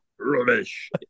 Rubbish